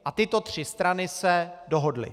A tyto tři strany se dohodly.